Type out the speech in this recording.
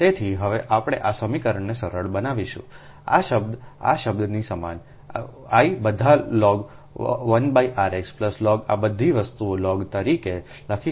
તેથી હવે આપણે આ સમીકરણને સરળબનાવીશું આ શબ્દ આ શબ્દની સમાન I બધા લોગ 1rx લોગ આ બધી વસ્તુઓ લોગ તરીકે લખી શકાય છે 0